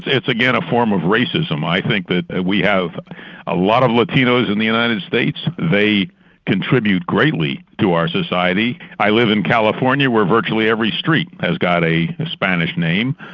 again a form of racism. i think that we have a lot of latinos in the united states, they contribute greatly to our society. i live in california where virtually every street has got a spanish name.